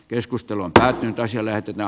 keskustelua käytiin toiselle ja